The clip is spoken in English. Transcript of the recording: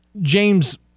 James